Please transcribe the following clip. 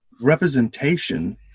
representation